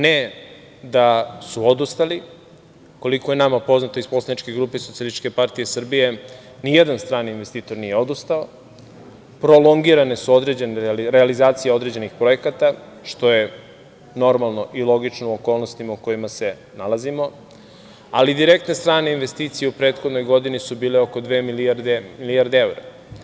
Ne da su odustali, koliko je nama poznato iz poslaničke grupe SPS, nijedan strani investitor nije odustao, prolongirane su realizacije određenih projekata, što je normalno i logično u okolnostima u kojima se nalazimo, ali direktne strane investicije u prethodnoj godini su bile oko dve milijarde evra.